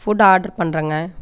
food order பண்ணுறங்க